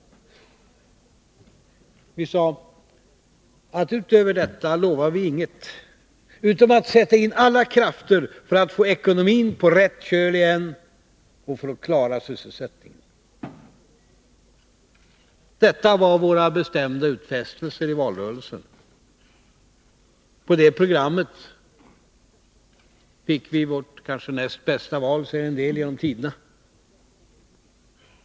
Vi sade att utöver detta lovar vi inget utom att sätta in alla krafter för att få 61 ekonomin på rätt köl igen och för att klara sysselsättningen. Detta var våra bestämda utfästelser i valrörelsen. På det programmet fick vi vårt kanske näst bästa val genom tiderna, säger en del.